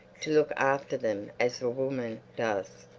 to look after them as a woman does,